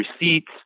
receipts